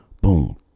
boom